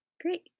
Great